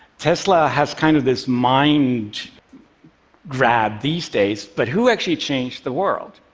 tesla has kind of this mind grab these days, but who actually changed the world?